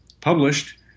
published